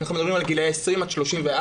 אנחנו מדברים על גילאי 20 עד 34,